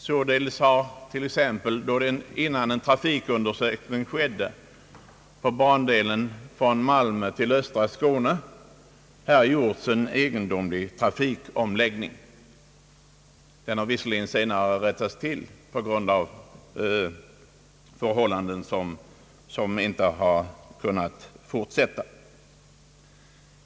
Således har t.ex. — innan en trafikundersökning skedde — på bandelen från Malmö till östra Skåne gjorts en egendomlig trafikomläggning. Den har visserligen senare rättats till på grund av att förhållandena inte kunnat fortsätta.